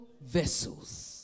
vessels